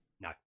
No